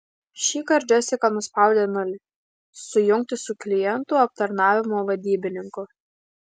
šįkart džesika nuspaudė nulį sujungti su klientų aptarnavimo vadybininku